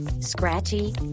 Scratchy